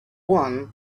one